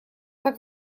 так